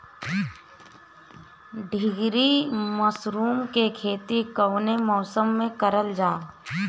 ढीघरी मशरूम के खेती कवने मौसम में करल जा?